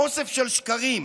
אוסף של שקרים.